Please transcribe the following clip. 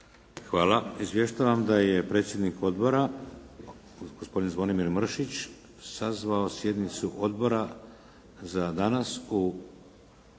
Hvala. Izvještavam da je predsjednik Odbora gospodin Zvonimir Mršić sazvao sjednicu odbora za danas u